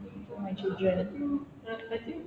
for my children